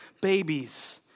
babies